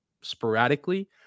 sporadically